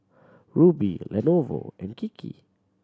Rubi Lenovo and Kiki